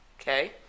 Okay